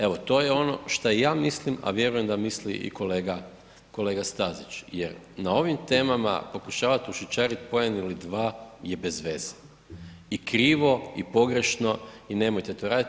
Evo to je ono što ja mislim, a vjerujem da misli i kolega Stazić jer na ovim temama pokušavati ušićarit poen ili dva je bezveze i krivo i pogrešno i nemojte to raditi.